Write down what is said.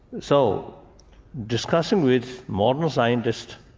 so discussions with modern scientists,